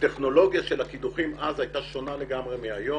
הטכנולוגיה של הקידוחים אז הייתה שונה לגמרי מהיום,